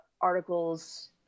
articles